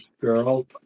girl